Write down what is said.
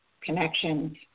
connections